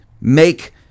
make